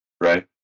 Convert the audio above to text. right